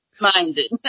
minded